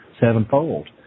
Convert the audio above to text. sevenfold